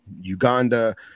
Uganda